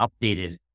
updated